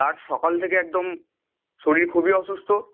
তার সকাল থেকে একদম শরীর খুবই অসুস্থ